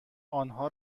آنها